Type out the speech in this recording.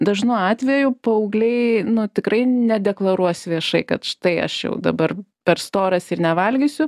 dažnu atveju paaugliai na tikrai nedeklaruos viešai kad štai aš jau dabar per storas ir nevalgysiu